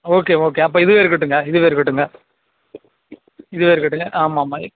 okay okay அப்போ இதுவே இருக்கட்டும்ங்க இதுவே இருக்கட்டும்ங்க இதுவே இருக்கட்டும்ங்க ஆமாம் ஆமாம்